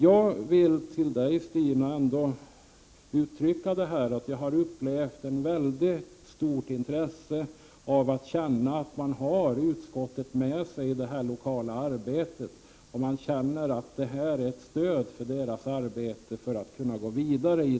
Jag vill för Stina Eliasson framhålla att de som arbetar lokalt känner att de har utskottet med sig och känner ett stöd för att kunna gå vidare.